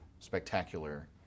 spectacular